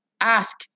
Ask